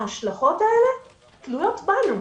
ההשלכות האלה תלויות בנו.